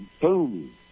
boom